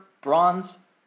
bronze